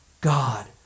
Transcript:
God